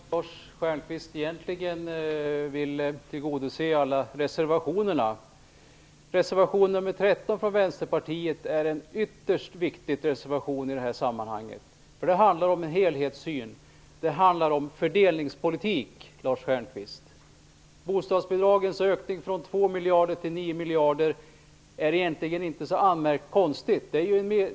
Herr talman! Det är bra att Lars Stjernkvist egentligen vill tillgodose alla reservationer. Reservation nr 13 från Vänsterpartiet är en ytterst viktig reservation i det här sammanhanget. Det handlar om en helhetssyn och om fördelningspolitik, Lars Stjernkvist. Bostadsbidragens ökning från 2 miljarder till 9 miljarder är inte så anmärkningsvärd.